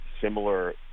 similar